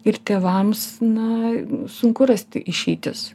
ir tėvams na sunku rasti išeitis